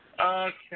Okay